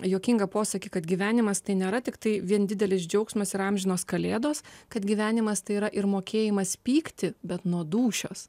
juokingą posakį kad gyvenimas tai nėra tiktai vien didelis džiaugsmas ir amžinos kalėdos kad gyvenimas tai yra ir mokėjimas pykti bet nuo dūšios